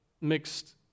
mixed